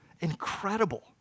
Incredible